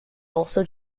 also